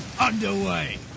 underway